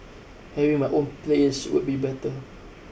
having my own place would be better